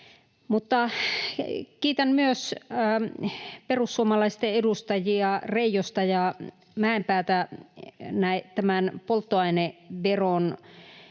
Kiitän myös perussuomalaisten edustajia Reijosta ja Mäenpäätä polttoaineveroa